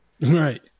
Right